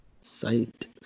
Sight